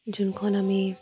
যোনখন আমি